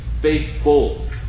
faithful